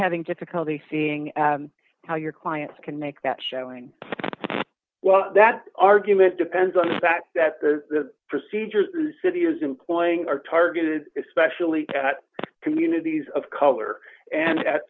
having difficulty seeing how your clients can make that showing well that argument depends on the fact that the procedures city is employing are targeted especially at communities of color and